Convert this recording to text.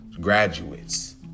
graduates